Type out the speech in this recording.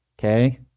Okay